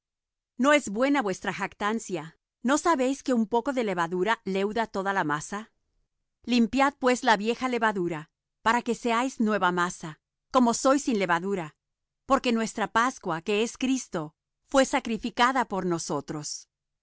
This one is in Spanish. no es buena vuestra jactancia no sabéis que un poco de levadura leuda toda la masa limpiad pues la vieja levadura para que seáis nueva masa como sois sin levadura porque nuestra pascua que es cristo fué sacrificada por nosotros